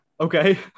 Okay